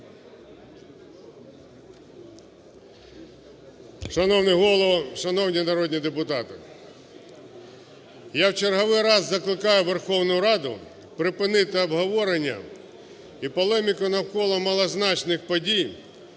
Шановний Голово! Шановні народні депутати! Я в черговий раз закликаю Верховну Раду припинити обговорення і полеміку навколо малозначних подій